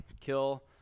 kill